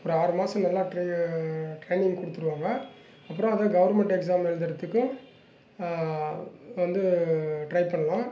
ஒரு ஆறு மாதம் நல்லா ட்ரை ட்ரைனிங் கொடுத்துடுவாங்க அப்புறம் அதை கவர்மெண்ட் எக்ஸாம் எழுதுவதுக்கும் வந்து ட்ரை பண்ணலாம்